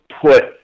put